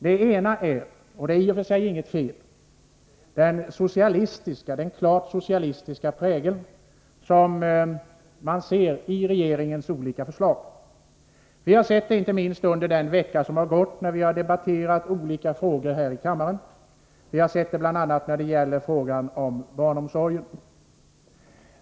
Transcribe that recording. Det ena är — och det är i och för sig inget fel — den klart socialistiska prägeln i regeringens olika förslag. Vi har sett den inte minst när vi under den vecka som har gått har debatterat olika frågor här i kammaren, bl.a. frågan om barnomsorgen.